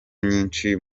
nyinshi